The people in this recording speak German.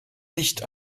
nicht